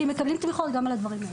כי הם מקבלים תמיכות גם על הדברים האלה.